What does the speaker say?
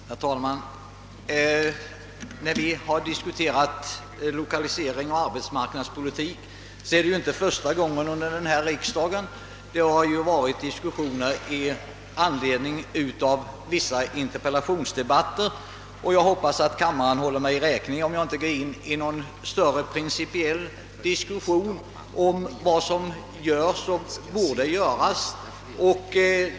Herr talman! Det är inte första gången under denna riksdag som vi diskuterar lokaliseringsoch arbetsmarknadspolitiken — det har ju varit diskussioner i anledning av vissa interpellationer — och jag hoppas att kammaren håller mig räkning för att jag inte går in i någon större principiell diskussion om vad som görs och borde göras.